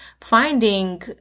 finding